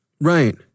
Right